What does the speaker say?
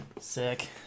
Sick